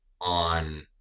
on